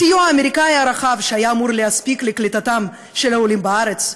הסיוע האמריקני הרחב שהיה אמור להספיק לקליטתם של העולים בארץ,